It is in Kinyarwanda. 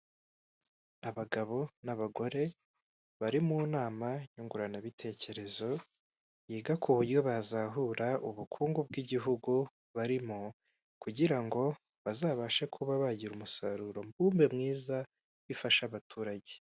Muri rusange twebwe Kagame Paul perezida wa repubulika inteko ishinga amategeko yemeje none natwe duhamije dutangaje itegeko riteye ritya, kandi dutegetse ko ritangazwa mu igazeti ya leta ya repubulika y'u Rwanda.